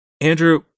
Andrew